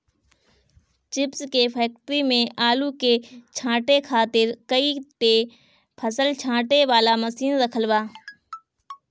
chips के factory में आलू के छांटे खातिर कई ठे फसल छांटे वाला मशीन रखल बा